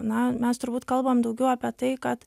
na mes turbūt kalbam daugiau apie tai kad